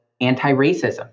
anti-racism